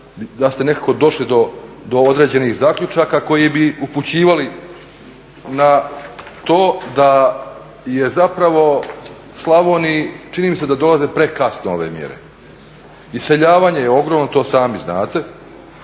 da ste nekako došli do određenih zaključaka koji bi upućivali na to da je zapravo Slavoniji čini mi se da dolaze prekasno ove mjere. Iseljavanje je ogromno, to sami znate